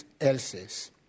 else's